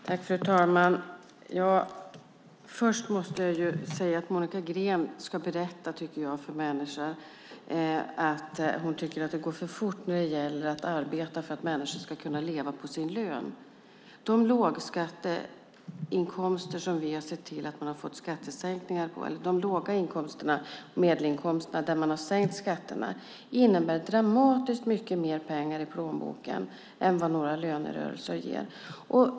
Fru talman! Först måste jag säga att jag tycker att Monica Green ska berätta för människor att hon tycker att det går för fort när det gäller att arbeta för att människor ska kunna leva på sin lön. Vi har sett till att sänka skatterna på låga inkomster och medelinkomster. Det innebär dramatiskt mycket mer pengar i plånboken än vad några lönerörelser ger.